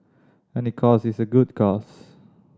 any cause is a good cause